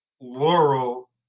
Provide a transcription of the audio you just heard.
Laurel